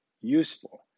useful